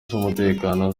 z’umutekano